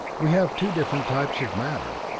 we have two different types of matter.